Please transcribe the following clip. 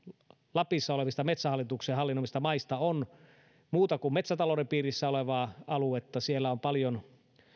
lapissa olevista metsähallituksen hallinnoimista maista on muuta kuin metsätalouden piirissä olevaa aluetta siellä on paljon